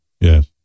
Yes